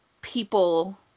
people